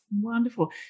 Wonderful